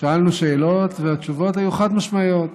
שאלנו שאלות, והתשובות היו חד-משמעיות.